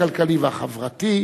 הכלכלי והחברתי.